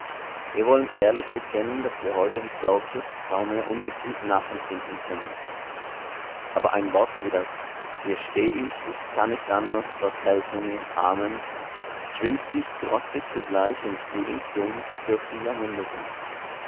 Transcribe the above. wir wollen ehrlich bekennen daß wir heute historisches kaum mehr ungetrübt nachempfinden können aber ein wort wie das hier steh ich ich kann nicht anders gott helfe mir amen schwingt sich trotzig zugleich und frühlingsjung durch die jahrhunderte